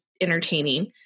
entertaining